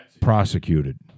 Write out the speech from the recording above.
prosecuted